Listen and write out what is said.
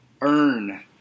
earn